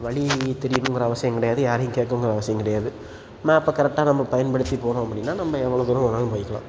வழி தெரியுணுங்கிற அவசியம் கிடையாது யாரையும் கேட்கவுங்கிற அவசியம் கிடையாது மேப்பை கரெக்டாக நம்ம பயன்படுத்தி போனோம் அப்படின்னா நம்ம எவ்வளோ தூரம் வேணாலும் போய்க்கிலாம்